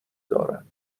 دارند